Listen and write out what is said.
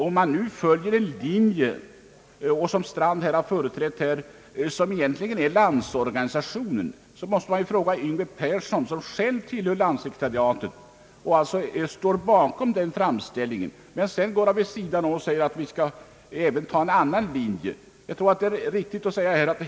Om man följer den linje som herr Strand här har företrätt och som egentligen är Landsorganisationens, måste man fråga Yngve Persson, som själv tillhör landssekretariatet och alltså står bakom LO:s uppfattning, varför han vill ha en annan linje.